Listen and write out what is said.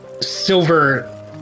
silver